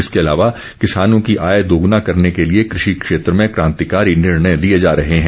इसके अलावा किसानों की आय दोग्ना करने के लिए कृषि क्षेत्र में क्रांतिकारी निर्णय लिए जा रहे हैं